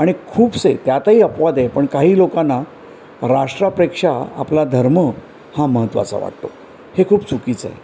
आणि खूपसे त्यातही अपवाद आहे पण काही लोकांना राष्ट्रापेक्षा आपला धर्म हा महत्त्वाचा वाटतो हे खूप चुकीचं आहे